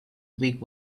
wig